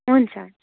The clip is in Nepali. हुन्छ हुन्छ